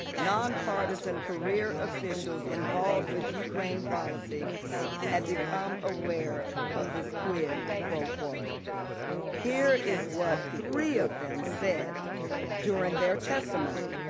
nonpartisan career officials involved with ukraine policy had become aware of the quid pro quo here is what three of them said during their testimony.